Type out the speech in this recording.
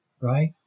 right